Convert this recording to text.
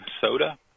soda